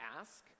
ask